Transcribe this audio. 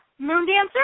Moondancer